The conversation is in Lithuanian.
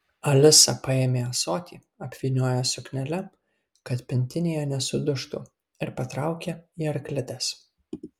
alisa paėmė ąsotį apvyniojo suknele kad pintinėje nesudužtų ir patraukė į arklides